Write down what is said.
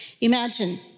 Imagine